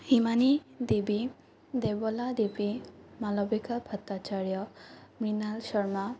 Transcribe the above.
Himani Devi Debala Devi Malabika Bhattacharya Mrinal Sharma